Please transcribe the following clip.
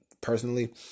personally